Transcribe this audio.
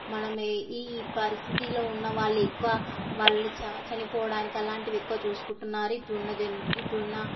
మనం ఎ ఈ పరిస్థితిలో ఉన్నవాళ్ళు ఎక్కువ వాళ్ళు చ చనిపోవడానికి అలాంటివి ఎక్కువ చూసుకుంటున్నారు ఇప్పుడున్న జన్ ఇప్పుడున్న